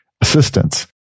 assistance